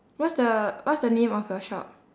what's the what's the name of your shop